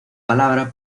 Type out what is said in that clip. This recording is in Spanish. palabra